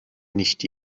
nicht